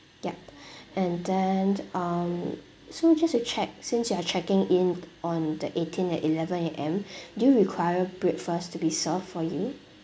ya and then um so just to check since you are checking in on the eighteen at eleven A_M do you require breakfast to be served for you